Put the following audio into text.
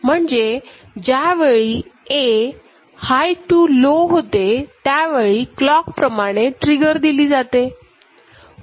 म्हणजे ज्यावेळी Aहाय टू लो होते त्यावेळी क्लॉक प्रमाणे ट्रिगर दिली जाते